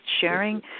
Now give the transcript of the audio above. sharing